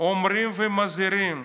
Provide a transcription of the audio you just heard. אומרים ומזהירים